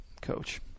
coach